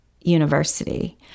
university